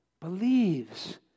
believes